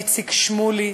איציק שמולי,